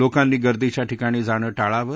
लोकांनी गर्दीच्या ठिकाणी जाणं टाळावं